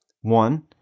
One